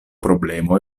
problemo